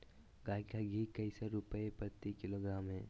गाय का घी कैसे रुपए प्रति किलोग्राम है?